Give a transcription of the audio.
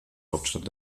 hauptstadt